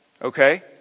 Okay